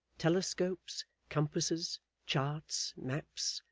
telescopes, compasses, charts, maps,